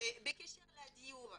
בקשר לדיור,